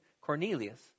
Cornelius